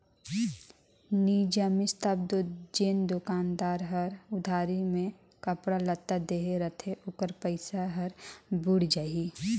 नी जमिस तब दो जेन दोकानदार हर उधारी में कपड़ा लत्ता देहे रहथे ओकर पइसा हर बुइड़ जाही